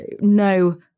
no